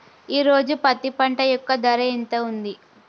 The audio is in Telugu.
ఈ రోజు పత్తి పంట యొక్క ధర ఎంత ఉంది?